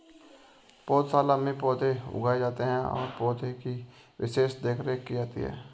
पौधशाला में पौधे उगाए जाते हैं और पौधे की विशेष देखरेख की जाती है